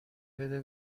بده